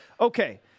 Okay